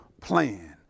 plan